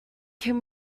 can